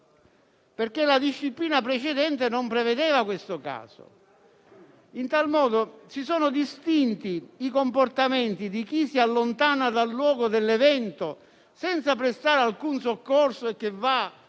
La disciplina precedente non prevedeva questo caso. In tal modo si sono distinti i comportamenti di chi si allontana dal luogo dell'evento senza prestare alcun soccorso e che va